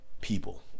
people